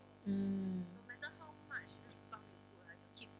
mm